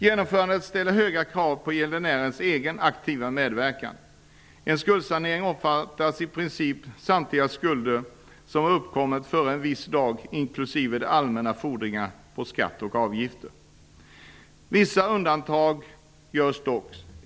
Genomförandet ställer höga krav på gäldenärens egen aktiva medverkan. En skuldsanering omfattar i princip samtliga skulder som har uppkommit före en viss dag inklusive det allmännas fordringar avseende skatt och avgifter. Vissa undantag görs dock.